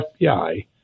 FBI